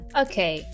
okay